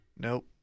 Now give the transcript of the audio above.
Nope